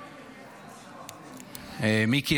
מיקי,